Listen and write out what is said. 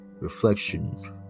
reflection